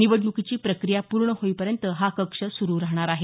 निवडणूकीची प्रक्रिया पूर्ण होईपर्यंत हा कक्ष सुरू राहणार आहे